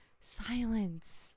Silence